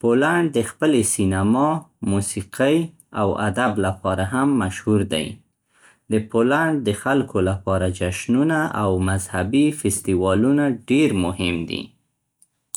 پولنډ د خپلې سینما، موسیقۍ او ادب لپاره هم مشهور دی. د پولنډ د خلکو لپاره جشنونه او مذهبي فستیوالونه ډیر مهم دي.